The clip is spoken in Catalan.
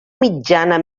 mitjana